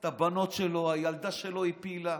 את הבנות שלו, הילדה שלו הפילה,